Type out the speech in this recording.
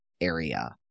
area